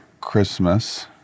Christmas